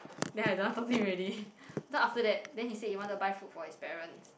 then I don't want talk to him already so after that then he say he want to buy food for his parents